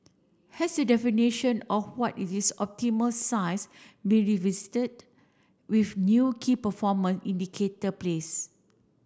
has the definition of what is this optimal size really visited with new key indicator place